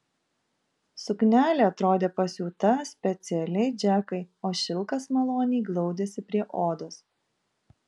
suknelė atrodė pasiūta specialiai džekai o šilkas maloniai glaudėsi prie odos